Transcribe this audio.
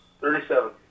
Thirty-seven